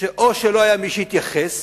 שלא היה מי שיתייחס